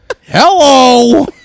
Hello